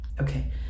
Okay